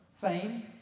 Fame